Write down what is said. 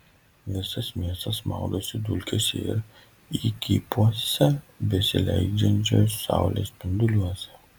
visas miestas maudosi dulkėse ir įkypuose besileidžiančios saulės spinduliuose